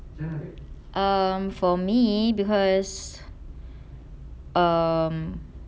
um for me because um